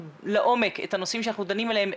לעומק את הנושאים שאנחנו דנים עליהם,